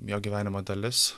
jo gyvenimo dalis